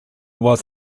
was